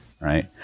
Right